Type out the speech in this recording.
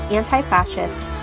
anti-fascist